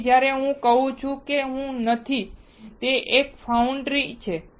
તેથી જ્યારે હું કહું છું કે તે હું નથી તે એક ફાઉન્ડ્રી છે